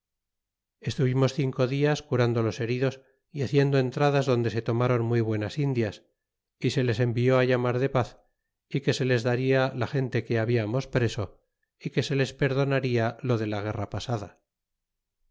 estuvimos cinco dias curando los heridos y haciendo entradas donde se tomaron muy buenas indias y se les envié a llamar de paz y que se les daria la gente que hablamos preso y que se les perdonarla lo de la guerra pasada